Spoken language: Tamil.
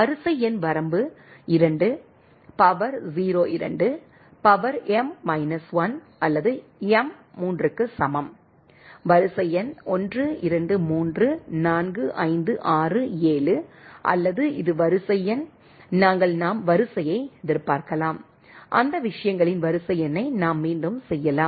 வரிசை எண் வரம்பு 2 பவர் 0 2 பவர் m மைனஸ் 1 அல்லது m 3 க்கு சமம் வரிசை எண் 1 2 3 4 5 6 7 அல்லது இது வரிசை எண் நாங்கள் நாம் வரிசையை எதிர்பார்க்கலாம் அந்த விஷயங்களின் வரிசை எண்ணை நாம் மீண்டும் செய்யலாம்